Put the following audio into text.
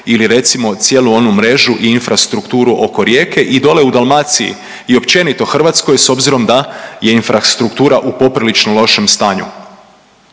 ili recimo cijelu onu mrežu i infrastrukturu oko Rijeke i dolje u Dalmaciji i općenito Hrvatskoj, s obzirom da je infrastruktura u poprilično lošem stanju.